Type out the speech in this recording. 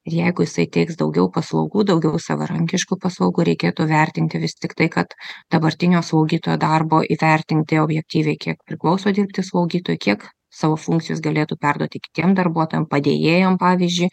ir jeigu jisai teiks daugiau paslaugų daugiau savarankiškų paslaugų reikėtų vertinti vis tiktai kad dabartinio slaugytojo darbo įvertinti objektyviai kiek priklauso dirbti slaugytojui kiek savo funkcijos galėtų perduoti kitiem darbuotojam padėjėjam pavyzdžiui